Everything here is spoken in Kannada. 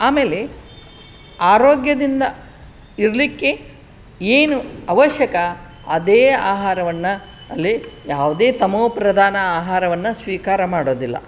ಆಮೇಲೆ ಆರೋಗ್ಯದಿಂದ ಇರಲಿಕ್ಕೆ ಏನು ಅವಶ್ಯಕ ಅದೇ ಆಹಾರವನ್ನು ಅಲ್ಲಿ ಯಾವುದೇ ತಮೋಪ್ರಧಾನ ಆಹಾರವನ್ನು ಸ್ವೀಕಾರ ಮಾಡೋದಿಲ್ಲ